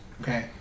Okay